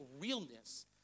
realness